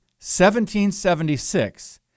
1776